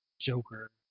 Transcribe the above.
Joker